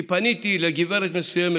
כי פניתי לגברת מסוימת,